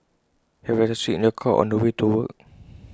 have extra seats in your car on the way to work